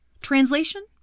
Translation